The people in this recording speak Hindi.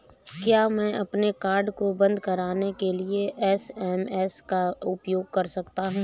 क्या मैं अपने कार्ड को बंद कराने के लिए एस.एम.एस का उपयोग कर सकता हूँ?